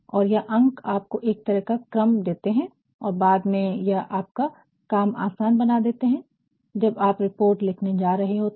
और यह अंक आपको एक तरह का क्रम देते हैं और बाद में यह आपका काम आसान बना देते हैं जब आप रिपोर्ट लिखने जा रहे होते हैं